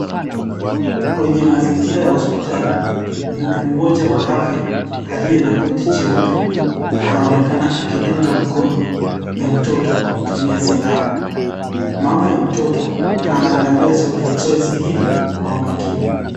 Kwenye mazingira ya hospitali, mhudumu mmoja wa afya aliye na koti jeupe, anaonekana akidunga mkono ya mtoto kwa kutumia sindano. Mama ya mtoto huyu anaangalia zoezi hili kwa makini.